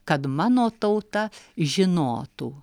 kad mano tauta žinotų